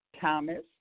Thomas